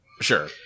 Sure